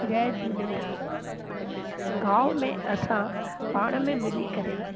जय झूलेलाल गांव में असां पाण में मिली करे